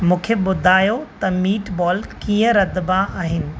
मूंखे ॿुधायो त मीटबॉल कीअं रधिॿा आहिनि